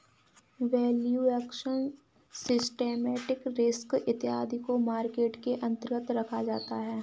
valuation, systematic risk इत्यादि को market के अंतर्गत रखा जाता है